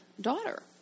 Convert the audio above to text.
daughter